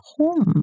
home